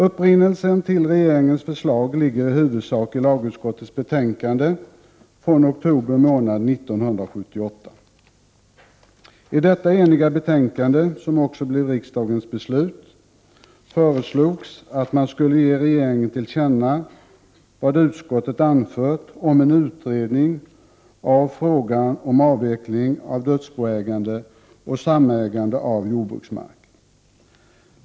Upprinnelsen till regeringens förslag är i huvudsak lagutskottets betänkande från oktober månad 1978. I detta eniga betänkande — vars skrivning också blev riksdagens beslut — föreslogs att man skulle ge regeringen till känna vad utskottet anfört om en utredning av frågan om avveckling av dödsboägande och samägande av jordbruksmark.